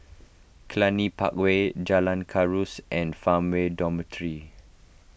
Cluny Park Way Jalan Kuras and Farmway Dormitory